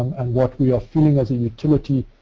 and what we are feeling as a utility.